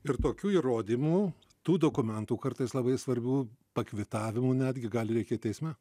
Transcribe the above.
ir tokių įrodymų tų dokumentų kartais labai svarbių pakvitavimų netgi gali reikėt teisme